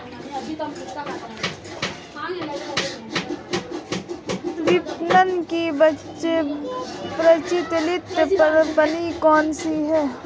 विपणन की प्रचलित प्रणाली कौनसी है?